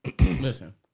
listen